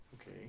Okay